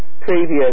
previous